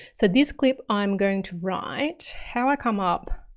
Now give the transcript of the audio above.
so this clip i'm going to write how i come up,